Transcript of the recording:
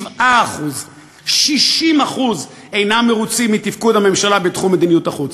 7%; 60% אינם מרוצים מתפקוד הממשלה בתחום מדיניות החוץ,